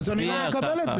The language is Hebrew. אני לא מקבל את זה.